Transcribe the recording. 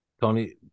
Tony